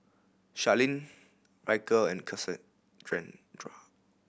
Sharlene Ryker and